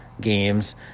games